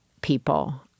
people